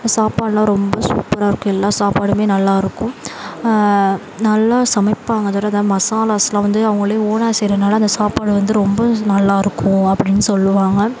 சாப்பாடுலாம் ரொம்ப சூப்பராக இருக்கும் எல்லா சாப்பாடுமே நல்லாயிருக்கும் நல்லா சமைப்பாங்க அதோடு அந்த மசாலாஸ்லாம் வந்து அவங்களே ஓனாக செய்கிறனால அந்த சாப்பாடு வந்து ரொம்ப நல்லாயிருக்கும் அப்படின் சொல்லுவாங்க